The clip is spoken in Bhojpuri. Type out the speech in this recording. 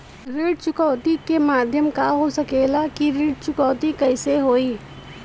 ऋण चुकौती के माध्यम का हो सकेला कि ऋण चुकौती कईसे होई?